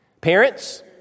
Parents